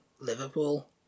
Liverpool